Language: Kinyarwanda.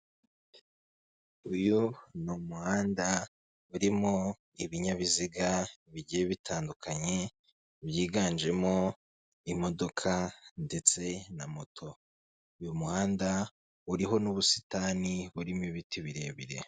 Uyu ni umuhanda urimo ibinyabiziga bigiye bitandukanye, byiganjemo imodoka ndetse na moto. Uyu muhanda uriho n'ubusitani burimo ibiti birebire.